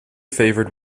favored